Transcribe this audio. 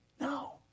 No